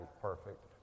perfect